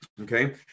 Okay